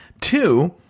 two